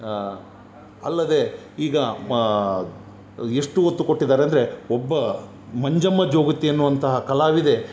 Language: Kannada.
ಅಲ್ಲದೆ ಈಗ ಎಷ್ಟು ಹೊತ್ತು ಕೊಟ್ಟಿದ್ದಾರೆಂದ್ರೆ ಒಬ್ಬ ಮಂಜಮ್ಮ ಜೋಗತಿ ಅನ್ನುವಂತಹ ಕಲಾವಿದೆ